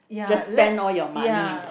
just spend all your money